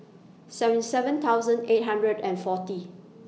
seven seven thousand eight hundred and forty